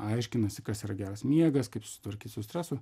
aiškinasi kas yra geras miegas kaip susitvarkyt su stresu